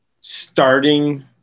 starting –